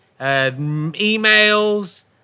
emails